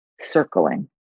circling